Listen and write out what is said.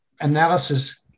analysis